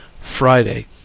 FRIDAY